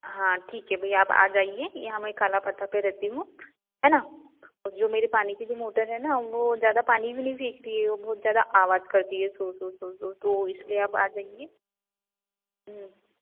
हाँ ठीक है भैया आप आ जाइये यहाँ मैं काला पत्थर पर रहती हूँ हैं न और जो मेरे पानी की जो मोटर है न वो ज़्यादा पानी भी नहीं फेंक रही है वो बहुत ज़्यादा आवाज़ करती है सू सू सू सू तो इसलिए आप आ जाइए हूँ